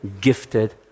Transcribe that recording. gifted